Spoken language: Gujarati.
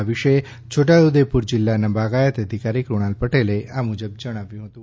આ વિશે છોટાઉદેપુર જિલ્લા બાગાયત અધિકારી કૃણાલ પટેલે આ મુજબ જણાવ્યું હતું